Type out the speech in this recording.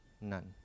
none